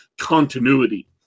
continuity